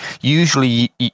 usually